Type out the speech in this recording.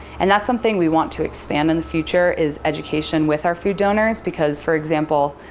and that's something we want to expand in the future. is education with our food donors, because for example,